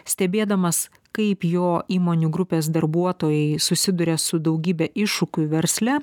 stebėdamas kaip jo įmonių grupės darbuotojai susiduria su daugybe iššūkių versle